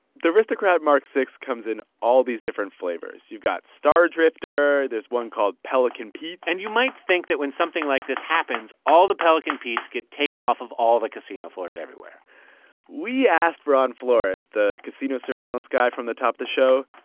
the aristocrat mark vi comes in all these different flavors. you've got star drifter. there's one called pelican pete and you might think that when something like this happens, all the pelican petes get taken off of all the casino floors everywhere we asked ron flores, the casino surveillance guy from the top of the show,